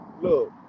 Look